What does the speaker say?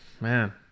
Man